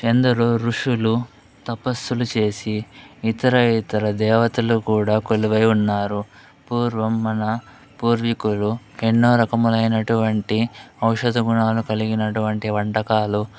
ఎందరో ఋషులు తపస్సులు చేసి ఇతర ఇతర దేవతలు కూడా కొలువై ఉన్నారు పూర్వం మన పూర్వీకులు ఎన్నో రకములైనటువంటి ఔషధ గుణాలు కలిగినటువంటి వంటకాలు